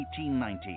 1890